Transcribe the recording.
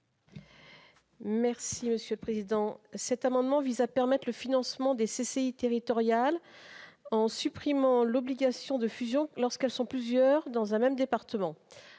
Mme Corinne Imbert. Cet amendement vise à permettre le financement des CCI territoriales en supprimant l'obligation de fusion lorsqu'elles sont plusieurs dans un même département.